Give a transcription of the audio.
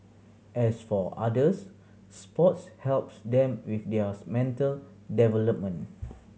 as for others sports helps them with theirs mental development